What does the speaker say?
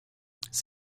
c’est